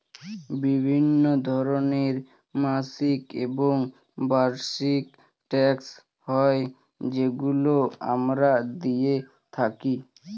বিভিন্ন ধরনের মাসিক এবং বার্ষিক ট্যাক্স হয় যেগুলো আমরা দিয়ে থাকি